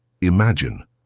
Imagine